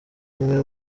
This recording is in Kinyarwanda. umwe